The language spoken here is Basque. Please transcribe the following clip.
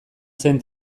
zen